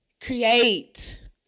create